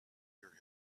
hear